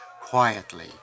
quietly